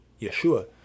Yeshua